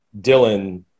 Dylan